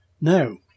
No